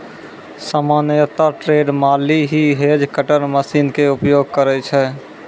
सामान्यतया ट्रेंड माली हीं हेज कटर मशीन के उपयोग करै छै